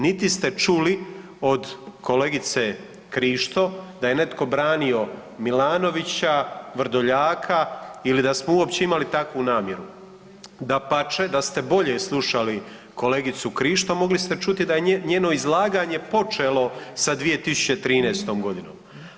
Niti ste čuli od kolegice Krišto da je netko branio Milanovića, Vrdoljaka ili da smo uopće imali takvu namjeru, dapače, da ste bolje slušali kolegicu Krišto mogli ste čuti da je njeno izlaganje počelo sa 2013. godinom.